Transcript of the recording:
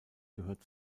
gehört